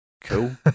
Cool